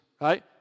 Right